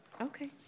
Okay